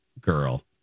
Girl